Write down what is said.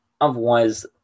Otherwise